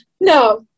no